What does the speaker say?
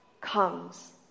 comes